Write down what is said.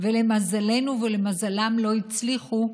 ולמזלם ולמזלנו לא הצליחו,